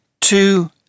two